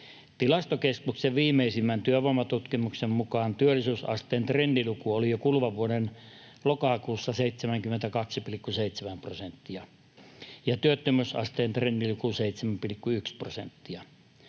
Tilastokeskuksen viimeisimmän työvoimatutkimuksen mukaan työllisyysasteen trendiluku oli jo kuluvan vuoden lokakuussa 72,7 prosenttia ja työttömyysasteen trendiluku 7,1 prosenttia.